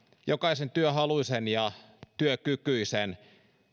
jokaisen työhaluisen ja työkykyisen